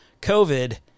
COVID